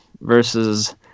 versus